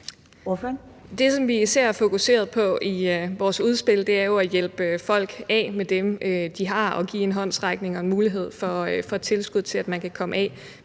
som vi især fokuserer på i vores udspil, er jo at hjælpe folk af med dem, de har, og give en håndsrækning til og en mulighed for at få tilskud til, at man kan komme af